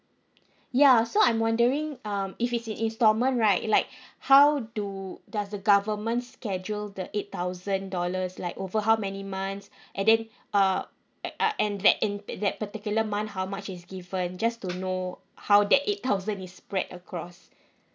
ya so I'm wondering um if it's in installment right like how do does the government schedule the eight thousand dollars like over how many months and then uh a~ uh and that in in that particular month how much is given just to know how that eight thousand is spread across